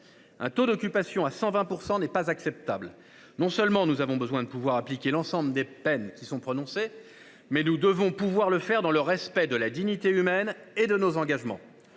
Un taux d'occupation de 120 % n'est pas acceptable. Non seulement nous avons besoin d'exécuter l'ensemble des peines qui sont prononcées, mais nous devons le faire dans le respect de la dignité humaine et de nos engagements.